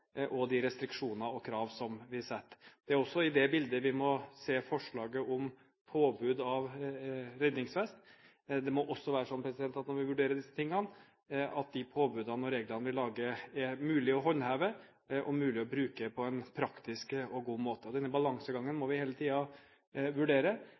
og det holdningsskapende arbeidet og de restriksjoner og krav som vi setter. Det er også i det bildet vi må se forslaget om påbud av redningsvest. Det må også være slik, når vi vurderer disse tingene, at det er mulig å håndheve og mulig å bruke de påbudene og reglene vi lager, på en praktisk og god måte. Denne balansegangen må vi hele tiden vurdere,